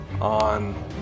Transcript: on